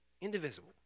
Indivisible